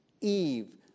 eve